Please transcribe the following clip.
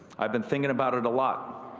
i've been thinking about it a lot.